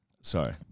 Sorry